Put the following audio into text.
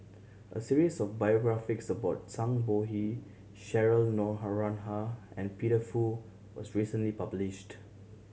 a series of biographies about Zhang Bohe Cheryl Noronha and Peter Fu was recently published